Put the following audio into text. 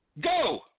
Go